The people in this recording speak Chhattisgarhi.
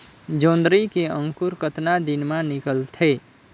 जोंदरी के अंकुर कतना दिन मां निकलथे?